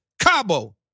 Cabo